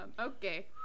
Okay